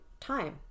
time